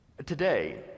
today